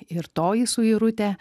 ir toji suirutė